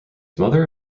mother